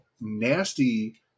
nasty